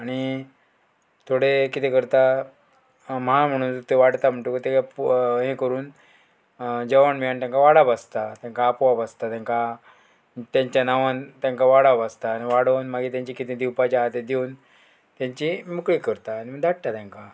आनी थोडे कितें करता म्हाळ म्हणून ते वाडता म्हणटकूत ते हे करून जेवण बवण आनी तांकां वाडप आसता तांकां आपोआप आसता तांकां तेंच्या नांवांन तांकां वाडप आसता आनी वाडोवन मागीर तेंचे कितें दिवपाचें आहा तें दिवन तांची मकळी करता आनी धाडटा तांकां